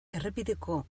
errepideko